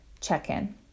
check-in